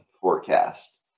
forecast